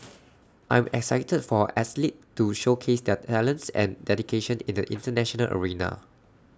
I am excited for our athletes to showcase their talents and dedication in the International arena